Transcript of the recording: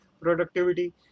productivity